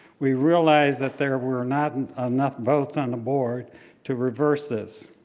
we realize that there were not and ah enough votes on the board to reverse this.